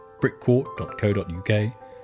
brickcourt.co.uk